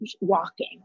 walking